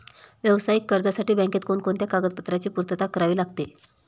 व्यावसायिक कर्जासाठी बँकेत कोणकोणत्या कागदपत्रांची पूर्तता करावी लागते?